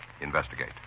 Investigate